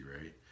right